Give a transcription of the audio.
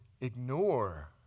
ignore